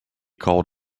called